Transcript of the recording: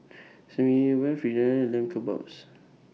Fritada and Lamb Kebabs